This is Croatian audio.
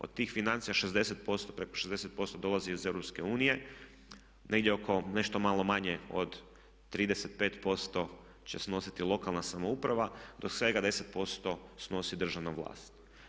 Od tih financija 60%, preko 60% dolazi iz EU, negdje oko nešto malo manje od 35% će snositi lokalna samouprava dok svega 10% snosi državna vlast.